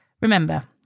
Remember